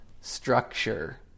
structure